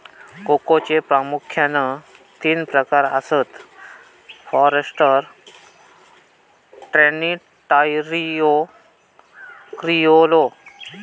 कोकोचे प्रामुख्यान तीन प्रकार आसत, फॉरस्टर, ट्रिनिटारियो, क्रिओलो